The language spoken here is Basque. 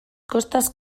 kostaz